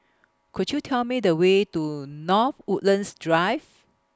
Could YOU Tell Me The Way to North Woodlands Drive